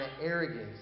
arrogance